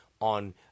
on